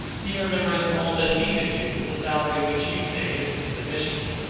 he remembers all that he could do with a salary which you say is insufficient,